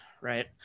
right